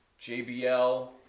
JBL